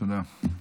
תודה.